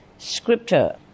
scripture